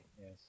Yes